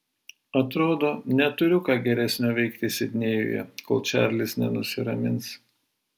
atrodo neturiu ką geresnio veikti sidnėjuje kol čarlis nenusiramins